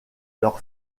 leur